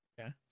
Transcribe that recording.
Okay